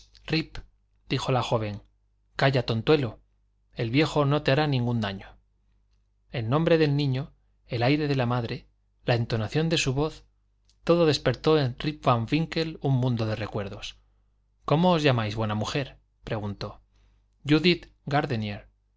dijo la joven calla tontuelo el viejo no te hará ningún daño el nombre del niño el aire de la madre la entonación de su voz todo despertó en rip van winkle un mundo de recuerdos cómo os llamais buena mujer preguntó judith gardenier